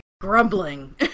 grumbling